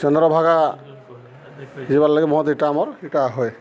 ଚନ୍ଦ୍ରଭାଗା ଯିବାର୍ ଲାଗି ମହତ ଏଇଟା ମୋର୍ ଏଇଟା ହଏ